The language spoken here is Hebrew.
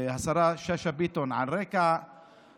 השרה שאשא ביטון, החובות